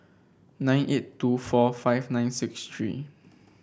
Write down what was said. nine eight two four five nine six three